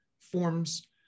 forms